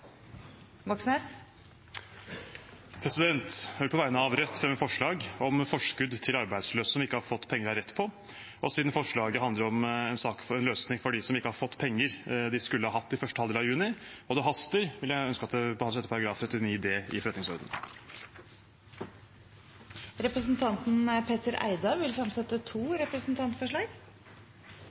Moxnes vil fremsette et representantforslag. Jeg vil på vegne av Rødt fremme forslag om forskudd til arbeidsløse som ikke har fått penger de har rett på. Siden forslaget handler om en sak om en løsning for dem som ikke har fått penger de skulle hatt i første halvdel av juni, og det haster, ønsker jeg at det blir behandlet etter § 39 c i forretningsordenen. Representanten Petter Eide vil fremsette to representantforslag.